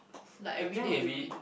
I think maybe